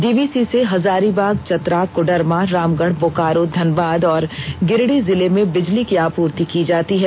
DVC से हजारीबाग चतरा कोडरमा रामगढ़ बोकारो धनबाद और गिरिडीह जिले में बिजली की आपूर्ति की जाती है